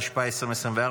התשפ"ה 2024,